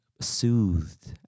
soothed